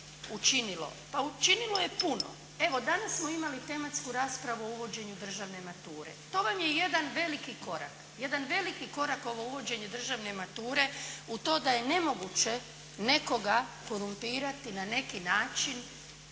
Pa učinilo je puno. Evo, danas smo imali tematsku raspravu o uvođenju državne mature. To vam je jedan veliki korak. Jedan veliki korak ovo uvođenje državne mature u to da je nemoguće nekoga korumpirati na neki način